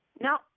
No